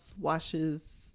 washes